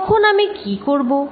তখন আমি কী করবো